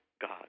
God